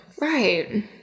Right